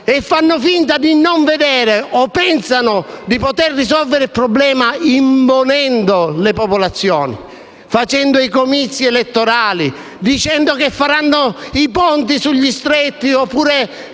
faranno finta di non vedere o pensino di poter risolvere il problema imbonendo le popolazioni, facendo i comizi elettorali, dicendo che faranno i ponti sugli stretti o